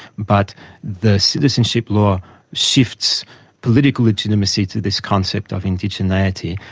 but the citizenship law shifts political legitimacy to this concept of indigeneity,